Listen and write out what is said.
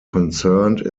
concerned